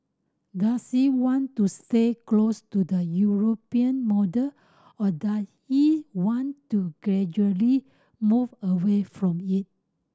does it want to stay close to the European model or does it want to gradually move away from it